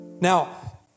Now